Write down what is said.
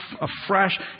afresh